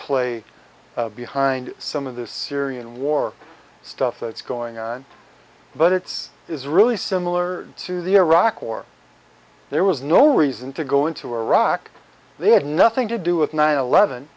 play behind some of the syrian war stuff that's going on but it's is really similar to the iraq war there was no reason to go into iraq they had nothing to do with nine eleven